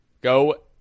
Go